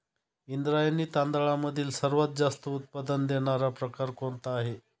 इंद्रायणी तांदळामधील सर्वात जास्त उत्पादन देणारा प्रकार कोणता आहे?